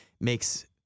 makes